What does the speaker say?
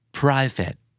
private